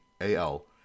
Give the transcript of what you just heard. AL